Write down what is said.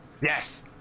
yes